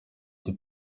icyo